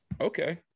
Okay